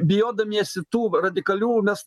bijodamiesi tų radikalių mes